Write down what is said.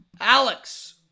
Alex